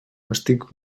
estic